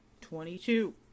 twenty-two